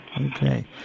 Okay